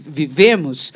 vivemos